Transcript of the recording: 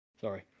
Sorry